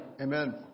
Amen